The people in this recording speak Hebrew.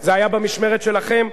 זה היה במשמרת שלכם,